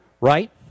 right